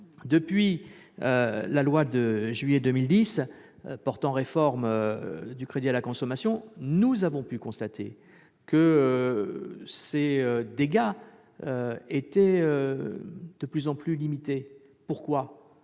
Depuis la loi de juillet 2010 portant réforme du crédit à la consommation, nous avons pu observer que ces dégâts étaient de plus en plus limités, parce